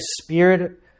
Spirit